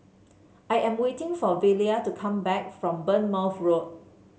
I am waiting for Velia to come back from Bournemouth Road